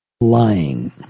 Lying